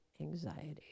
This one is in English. Anxiety